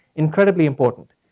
incredibly important,